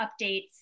updates